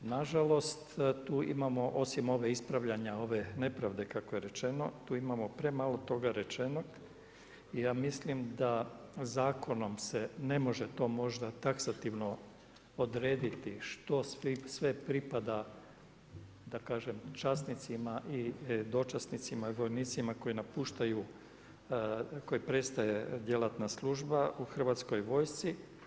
Na žalost tu imamo osim ovog ispravljanja ove nepravde kako je rečeno, tu imamo premalo toga rečenog i ja mislim da zakonom se ne može to možda taksativno odrediti što sve pripada da kažem časnicima i dočasnicima, vojnicima koji napuštaju, kojima prestaje djelatna služba u Hrvatskoj vojsci.